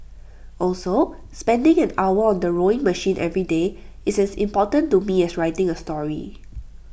also spending an hour on the rowing machine every day is as important to me as writing A story